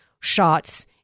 shots